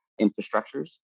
infrastructures